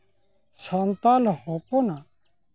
ᱥᱟᱱᱛᱟᱲ ᱦᱚᱯᱚᱱᱟᱜ